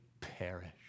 perish